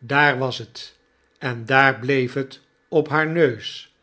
daar was het en daar bleef het op haar neus